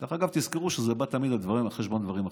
דרך אגב, תזכרו שזה בא תמיד על חשבון דברים אחרים.